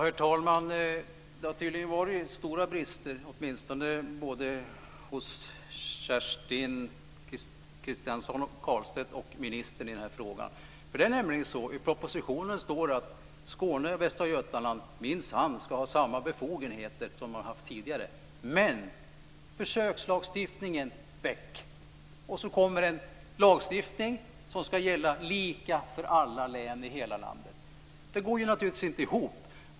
Herr talman! Det har tydligen varit stora brister, åtminstone hos Kerstin Kristiansson Karlstedt och ministern i den här frågan. I propositionen står det nämligen att Skåne och Västra Götaland minsann ska ha samma befogenheter som de har haft tidigare, men försökslagstiftningen ska väck! Och så kommer det en lagstiftning som ska gälla lika för alla län i hela landet. Det går ju naturligtvis inte ihop!